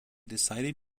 decided